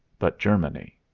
but germany.